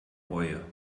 reue